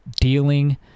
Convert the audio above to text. dealing